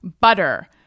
butter